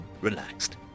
relaxed